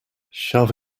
shove